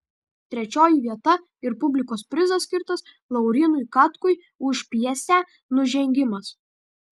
trečioji vieta ir publikos prizas skirtas laurynui katkui už pjesę nužengimas